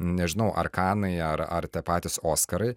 nežinau ar kanai ar ar tie patys oskarai